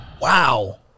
Wow